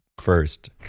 first